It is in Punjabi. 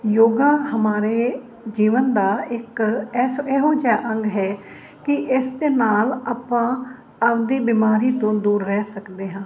ਯੋਗਾ ਹਮਾਰੇ ਜੀਵਨ ਦਾ ਇੱਕ ਐਸ ਇਹੋ ਜਿਹਾ ਅੰਗ ਹੈ ਕਿ ਇਸ ਦੇ ਨਾਲ ਆਪਾਂ ਆਪਦੀ ਬਿਮਾਰੀ ਤੋਂ ਦੂਰ ਰਹਿ ਸਕਦੇ ਹਾਂ